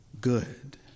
good